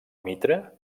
mitra